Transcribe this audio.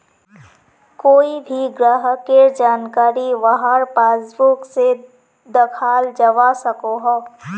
कोए भी ग्राहकेर जानकारी वहार पासबुक से दखाल जवा सकोह